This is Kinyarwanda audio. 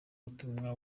ubutumwa